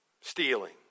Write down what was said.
stealing